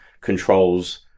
controls